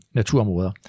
naturområder